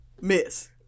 Miss